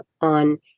on